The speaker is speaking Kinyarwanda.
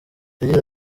yagize